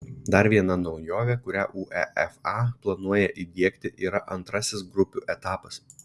dar viena naujovė kurią uefa planuoja įdiegti yra antrasis grupių etapas